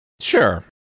Sure